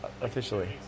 officially